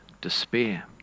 despair